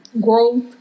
growth